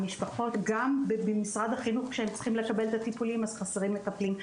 המשפחות גם במשרד החינוך כשהם צריכים לקבל את הטיפולים אז חסרים מטפלים,